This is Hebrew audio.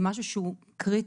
זה משהו שהוא קריטי,